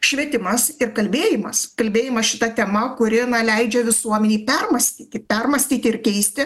švietimas ir kalbėjimas kalbėjimas šita tema kuri leidžia visuomenei permąstyti permąstyti ir keisti